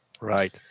Right